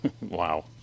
wow